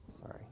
Sorry